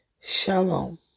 Shalom